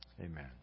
Amen